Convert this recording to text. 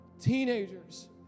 teenagers